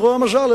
לרוע המזל,